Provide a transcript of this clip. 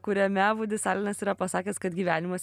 kuriame vudis alenas yra pasakęs kad gyvenimas